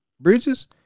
Bridges